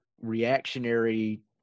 reactionary